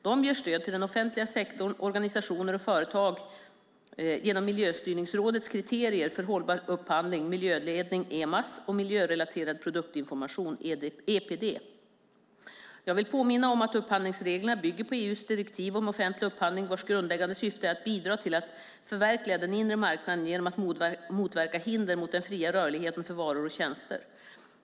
De ger stöd till den offentliga sektorn, organisationer och företag genom Miljöstyrningsrådets kriterier för hållbar upphandling, miljöledning, EMAS, och miljörelaterad produktinformation, EPD. Jag vill påminna om att upphandlingsreglerna bygger på EU:s direktiv om offentlig upphandling, vars grundläggande syfte är att bidra till att förverkliga den inre marknaden genom att motverka hinder mot den fria rörligheten för varor och tjänster.